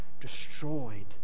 destroyed